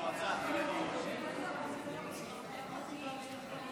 שוברים להשלמת,